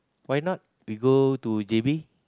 why not we go to J_B